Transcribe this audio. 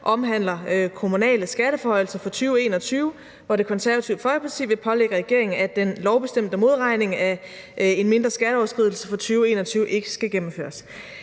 omhandler kommunale skatteforhøjelser for 2021, hvor Det Konservative Folkeparti vil pålægge regeringen, at den lovbestemte modregning af en mindre skatteoverskridelse for 2021 ikke skal gennemføres.